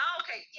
okay